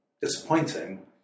disappointing